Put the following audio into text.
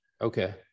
okay